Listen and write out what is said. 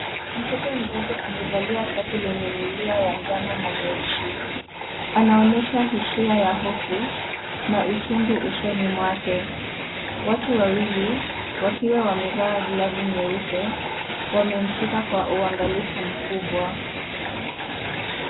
Mtoto mdogo amevalia shati lenye milio ya njano na nyeusi, anaonyesha hisia ya hofu, na uchungu usoni mwake, watu wawili wakiwa wamevaa glavu nyeupe wamemshika kwa uangalifu mkubwa.